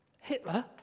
Hitler